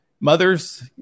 mothers